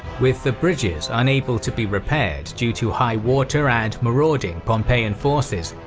with the bridges unable to be repaired due to high water and marauding pompeian forces,